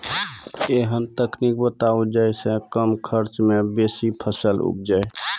ऐहन तकनीक बताऊ जै सऽ कम खर्च मे बेसी फसल उपजे?